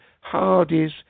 Hardy's